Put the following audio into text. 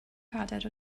cadair